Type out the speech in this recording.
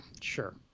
sure